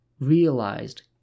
realized